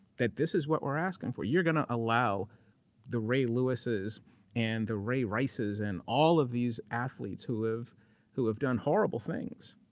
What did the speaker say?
that this is what we're asking for. you're going to allow the ray lewis's and the ray rice's, and all of these athletes who have who have done horrible things.